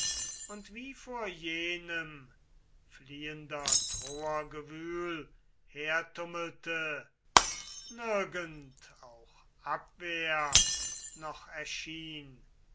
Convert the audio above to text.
und wie vor jenem fliehender troer gewühl hertummelte nirgend auch abwehr noch erschien